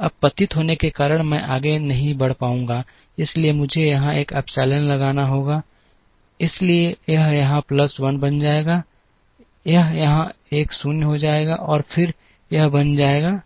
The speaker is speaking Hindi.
अब पतित होने के कारण मैं आगे नहीं बढ़ पाऊँगा इसलिए मुझे यहाँ एक एप्सिलॉन लगाना होगा इसलिए यह यहाँ प्लस 1 बन जाएगा यह यहाँ 1 शून्य हो जाएगा और फिर यह बन जाएगा